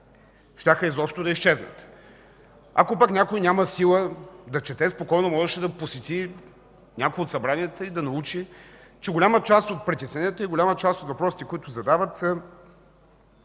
щяха изобщо да изчезнат. Ако пък някой няма сила да чете, спокойно можеше да посети някое от събранията и да научи, че голяма част от притесненията и голяма част от въпросите, които задават, са